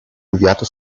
inviato